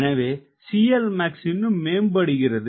எனவே CLmax இன்னும் மேம்படுகிறது